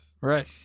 Right